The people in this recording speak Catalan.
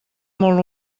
molt